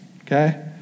okay